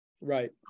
right